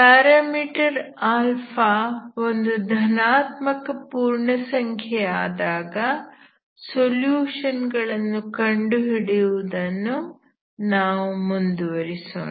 parameter α ಒಂದು ಧನಾತ್ಮಕ ಪೂರ್ಣಸಂಖ್ಯೆಯಾದಾಗ ಸೊಲ್ಯೂಷನ್ ಗಳನ್ನು ಕಂಡು ಹಿಡಿಯುವುದನ್ನು ನಾವು ಮುಂದುವರಿಸೋಣ